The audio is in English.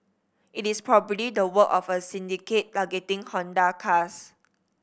it is probably the work of a syndicate targeting Honda cars